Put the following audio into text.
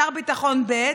שר ביטחון ב'